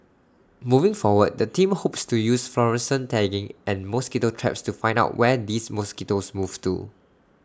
moving forward the team hopes to use fluorescent tagging and mosquito traps to find out where these mosquitoes move to